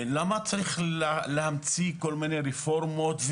למה צריך להמציא כל מיני רפורמות,